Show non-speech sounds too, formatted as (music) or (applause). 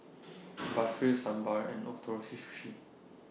(noise) Barfi Sambar and Ootoro Fish Sushi